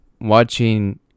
watching